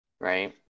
Right